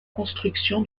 construction